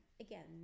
again